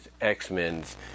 X-Men's